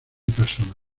personas